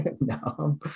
No